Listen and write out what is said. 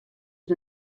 der